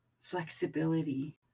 flexibility